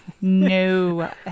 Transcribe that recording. No